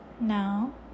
Now